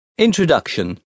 Introduction